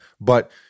but-